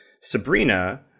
Sabrina